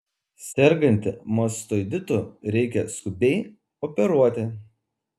sergantį mastoiditu reikia skubiai operuoti